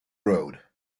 road